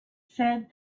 said